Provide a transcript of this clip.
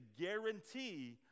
guarantee